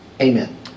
Amen